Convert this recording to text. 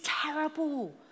terrible